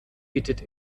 bittet